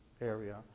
area